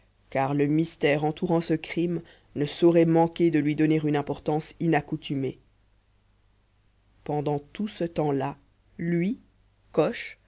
car le mystère entourant ce crime ne saurait manquer de lui donner une importance inaccoutumée pendant tout ce temps-là lui coche